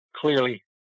clearly